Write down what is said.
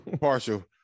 Partial